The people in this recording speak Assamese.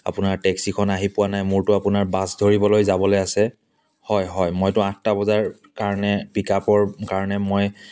আপোনাৰ টেক্সিখন আহি পোৱা নাই মোৰতো আপোনাৰ বাছ ধৰিবলৈ যাবলৈ আছে হয় হয় মইতো আঠটা বজাৰ কাৰণে পিক আপৰ কাৰণে মই